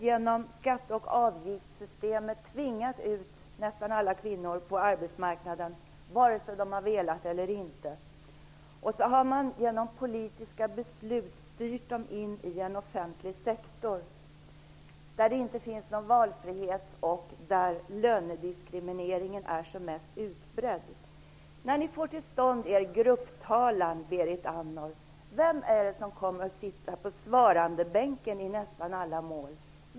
Genom skatte och avgiftssystemet har man medvetet tvingat ut nästan alla kvinnor på arbetsmarknaden, vare sig de har velat eller inte. Genom politiska beslut har man styrt in dem i en offentlig sektor där det inte finns någon valfrihet och där lönediskrimineringen är som mest utbredd. Vem är det som, när ni får till stånd er grupptalan, kommer att sitta på svarandebänken i nästan alla mål?